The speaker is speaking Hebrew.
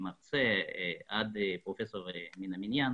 מרצה עד פרופסור מן המניין